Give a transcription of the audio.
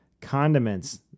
condiments